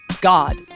God